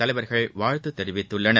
தலைவர்கள் வாழ்த்து தெரிவித்துள்ளார்கள்